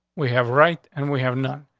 we have right, and we have none.